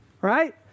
Right